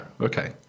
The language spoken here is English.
Okay